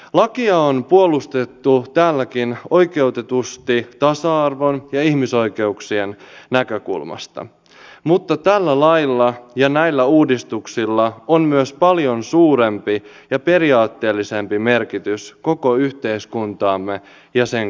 lakia on puolustettu täälläkin oikeutetusti tasa arvon ja ihmisoikeuksien näkökulmasta mutta tällä lailla ja näillä uudistuksilla on myös paljon suurempi ja periaatteellisempi merkitys koko yhteiskunnallemme ja sen kulmakiville